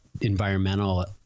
environmental